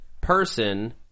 person